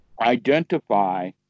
identify